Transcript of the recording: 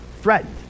threatened